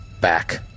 back